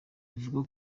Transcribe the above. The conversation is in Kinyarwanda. bivuga